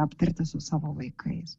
aptarti su savo vaikais